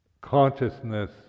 consciousness